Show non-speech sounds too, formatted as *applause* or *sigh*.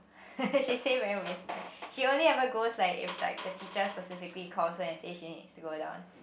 *laughs* she say very waste time she only have to go if like the teacher specifically calls her and said she need to go down